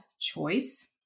choice